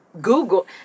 Google